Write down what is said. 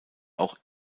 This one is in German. auch